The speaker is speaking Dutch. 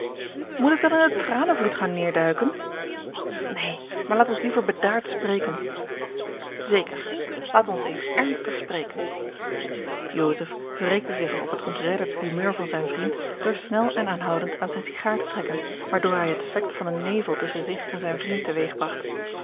moet ik dan in een tranenvloed gaan neêrduiken neen maar laat ons liever bedaard spreken zeker laat ons eens ernstig spreken joseph wreekte zich op het ontredderd humeur van zijn vriend door snel en aanhoudend aan zijne sigaar te trekken waardoor hij het effect van een nevel tusschen zich en zijn vriend te weeg bragt